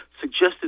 suggested